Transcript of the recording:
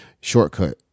shortcut